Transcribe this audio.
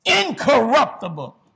incorruptible